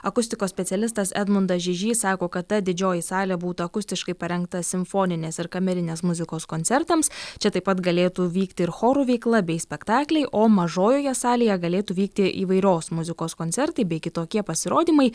akustikos specialistas edmundas žižys sako kad ta didžioji salė būtų akustiškai parengta simfoninės ir kamerinės muzikos koncertams čia taip pat galėtų vykti ir chorų veikla bei spektakliai o mažojoje salėje galėtų vykti įvairios muzikos koncertai bei kitokie pasirodymai